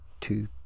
Two